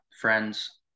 Friends